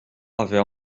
avait